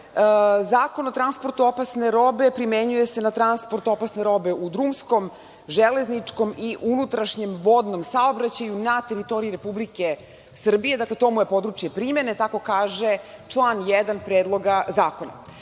robe. Zakon o transportu opasne robe primenjuje se na transport opasne robe u drumskom, železničkom i unutrašnjem vodnom saobraćaju na teritoriji Republike Srbije. Dakle, to mu je područje primene. Tako kaže član 1. Predloga zakona.